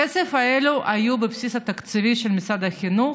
הכסף הזה היה בבסיס התקציב של משרד החינוך,